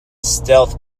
stealth